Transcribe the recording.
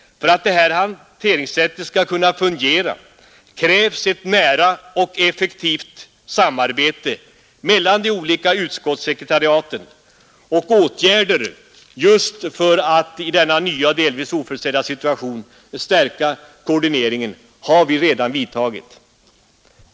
För att detta hanteringssätt skall fungera krävs ett nära och effektivt samarbete mellan de olika utskottssekretariaten, och åtgärder för att i denna nya och delvis oförutsedda situation stärka koordineringen har också vidtagits.